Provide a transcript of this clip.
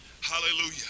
Hallelujah